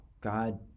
God—